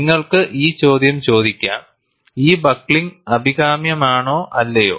നിങ്ങൾക്ക് ഈ ചോദ്യം ചോദിക്കാം ഈ ബക്ക്ലിംഗ് അഭികാമ്യമാണോ അല്ലയോ